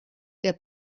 der